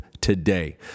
today